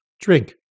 drink